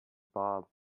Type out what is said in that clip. bob